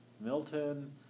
Milton